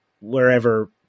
wherever